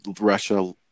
russia